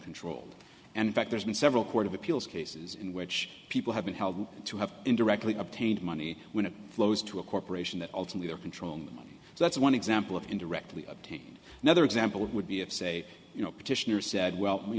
controlled and in fact there's been several court of appeals cases in which people have been held to have indirectly obtained money when it flows to a corporation that ultimately are controlling the money so that's one example of indirectly obtained another example would be if say you know petitioner said well you